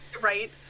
Right